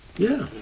yeah.